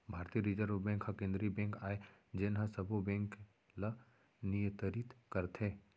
भारतीय reserve bank ह केंद्रीय बेंक आय जेन ह सबो बेंक ल नियतरित करथे